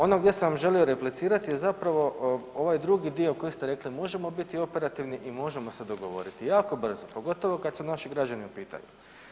Ono gdje sam vam želio replicirati je zapravo ovaj drugi dio koji ste rekli možemo biti operativni i možemo se dogovoriti jako brzo, pogotovo kada su naši građani u pitanju.